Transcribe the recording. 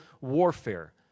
warfare